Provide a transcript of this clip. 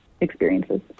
experiences